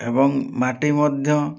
ଏବଂ ମାଟି ମଧ୍ୟ